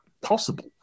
possible